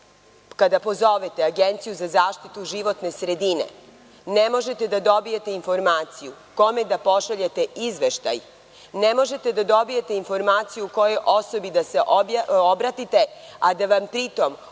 kada pozovete Agenciju za zaštitu životne sredine ne možete da dobijete informaciju kome da pošaljete izveštaj, ne možete da dobijete informaciju kojoj osobi da se obratite a da pri tom u